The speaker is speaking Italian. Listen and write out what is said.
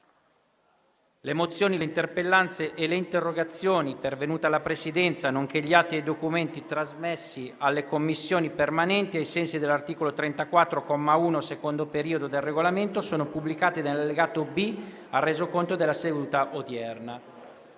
Le mozioni, le interpellanze e le interrogazioni pervenute alla Presidenza, nonché gli atti e i documenti trasmessi alle Commissioni permanenti ai sensi dell'articolo 34, comma 1, secondo periodo, del Regolamento sono pubblicati nell'allegato B al Resoconto della seduta odierna.